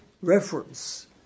reference